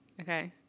Okay